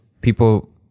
people